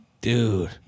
dude